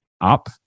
up